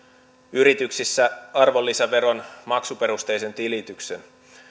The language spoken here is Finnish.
yrityksissä arvonlisäveron maksuperusteisen tilityksen